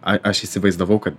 a aš įsivaizdavau ka